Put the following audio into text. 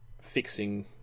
fixing